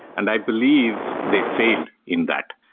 and i believe they failed in that.